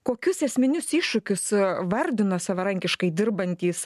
kokius esminius iššūkius vardino savarankiškai dirbantys